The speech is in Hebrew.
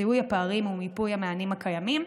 זיהוי הפערים ומיפוי המענים הקיימים.